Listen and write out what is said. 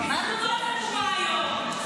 הובא היום.